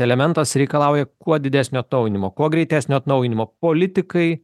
elementas reikalauja kuo didesnio atnaujinimo kuo greitesnio atnaujinimo politikai